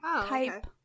type